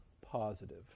positive